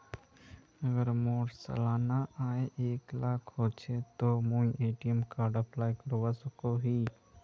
अगर मोर सालाना आय एक लाख होचे ते मुई ए.टी.एम कार्ड अप्लाई करवा सकोहो ही?